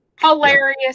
hilarious